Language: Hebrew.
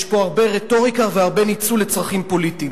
יש פה הרבה רטוריקה והרבה ניצול לצרכים פוליטיים.